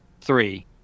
three